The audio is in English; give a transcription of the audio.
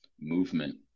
movement